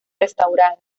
restaurada